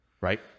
right